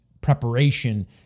preparation